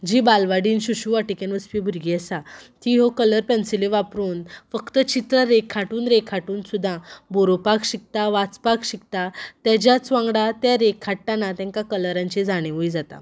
जी बालवाडीन शिशुवाटिकेन वचपी बुरगीं आसता तीं ह्यो कलर पेन्सिल्यो वापरून फक्त चित्रां रेखाटून रेखाटून सुद्दां बरोपाक शिकता वाचपाक शिकता तेज्याच वांगडा तें रेखाटतना तेंकां कलरांची जाणविकायूय जाता